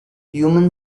human